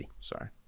Sorry